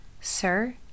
Sir